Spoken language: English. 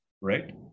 right